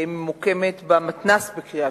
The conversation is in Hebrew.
הלאה, אני מתנצל בפני השרה.